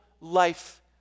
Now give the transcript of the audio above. life